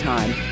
Time